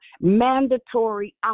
mandatory